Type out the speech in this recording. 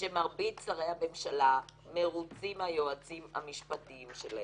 שמרבית שרי הממשלה מרוצים מהיועצים המשפטיים שלהם.